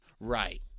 Right